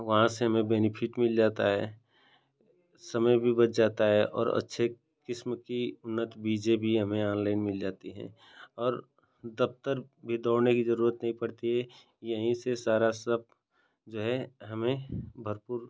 वहाँ से हमें बेनिफिट मिल जाता है समय भी बच जाता है और अच्छी किस्म की उन्नत बीजें भी हमें ऑनलाइन मिल जाती हैं और दफ़्तर भी दौड़ने की जरूरत नहीं पड़ती है यहीं से सारा सब जो है हमें भरपूर